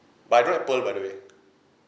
but I don't like pearl by the way